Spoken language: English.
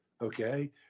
okay